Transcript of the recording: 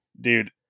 dude